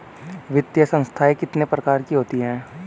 वित्तीय संस्थाएं कितने प्रकार की होती हैं?